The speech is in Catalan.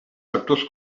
factors